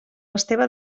esteve